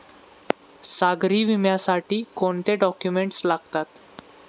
सागरी विम्यासाठी कोणते डॉक्युमेंट्स लागतात?